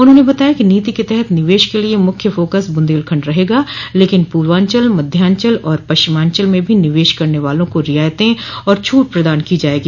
उन्होने बताया कि नीति के तहत निवेश के लिए मुख्य फोकस बुन्देलखण्ड रहेगा लेकिन पूर्वांचल मध्यांचल और पश्चिमाचंल में भी निवेश करने वालो को रियायतें और छूट प्रदान की जायेगी